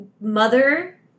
mother